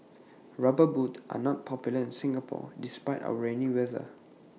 rubber boots are not popular in Singapore despite our rainy weather